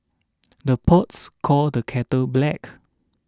the pots call the kettle black